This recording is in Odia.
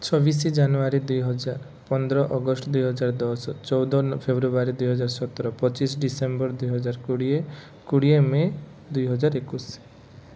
ଛବିଶ ଜାନୁଆରୀ ଦୁଇ ହଜାର ପନ୍ଦର ଅଗଷ୍ଟ ଦୁଇ ହଜାର ଦଶ ଚଉଦ ଫେବୃଆରୀ ଦୁଇ ହଜାର ସତର ପଚିଶ ଡିସେମ୍ବର ଦୁଇ ହଜାର କୋଡ଼ିଏ କୋଡ଼ିଏ ମେ ଦୁଇ ହଜାର ଏକୋଇଶ